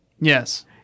Yes